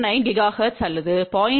9 gigahertz அல்லது 0